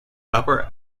upper